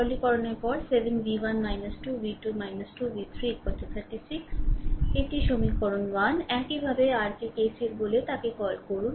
সরলকরণের পরে 7 v 1 2 v 2 2 v 3 36 এটি সমীকরণ 1 একইভাবে r কে KCL বলে তাকে কল করুন